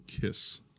kiss